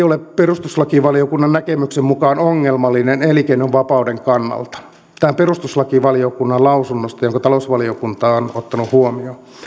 ole perustuslakivaliokunnan näkemyksen mukaan ongelmallinen elinkeinonvapauden kannalta tämä on perustuslakivaliokunnan lausunnosta jonka talousvaliokunta on ottanut huomioon